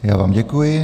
Já vám děkuji.